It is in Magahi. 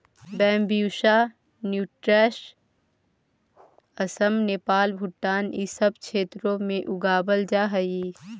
बैंम्बूसा नूटैंस असम, नेपाल, भूटान इ सब क्षेत्र में उगावल जा हई